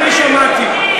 אני שמעתי.